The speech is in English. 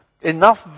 enough